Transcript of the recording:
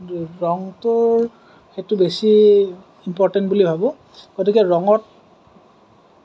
ৰঙটো সেইটো বেছি ইম্প'ৰ্টেণ্ট বুলি ভাবোঁ গতিকে ৰঙত